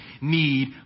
need